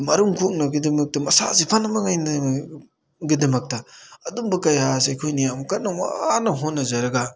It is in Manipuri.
ꯃꯔꯨꯝ ꯀꯣꯛꯅꯕꯒꯤꯗꯃꯛꯇ ꯃꯁꯥꯁꯤ ꯐꯅꯃꯅꯤꯉꯥꯏ ꯒꯤꯗꯃꯛꯇ ꯑꯗꯨꯝꯕ ꯀꯌꯥ ꯑꯁꯤ ꯑꯩꯈꯣꯏꯅ ꯌꯥꯝ ꯀꯟꯅ ꯋꯥꯅ ꯍꯣꯠꯅꯖꯔꯒ